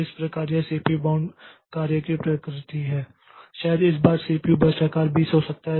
इस प्रकार यह सीपीयू बाउंड कार्य की प्रकृति है शायद इस बार सीपीयू बर्स्ट आकार 20 हो सकता है